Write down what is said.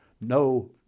no